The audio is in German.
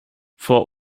vor